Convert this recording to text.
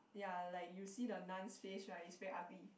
ya like you see the Nun's face right is very ugly